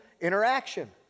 interaction